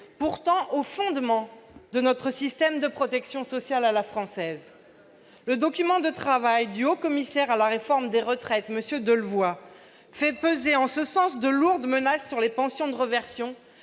pourtant au fondement du système de protection sociale à la française. Le document de travail du haut-commissaire chargé de la réforme des retraites, M. Jean-Paul Delevoye, fait peser en ce sens de lourdes menaces sur les pensions de réversion